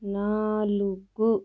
నాలుగు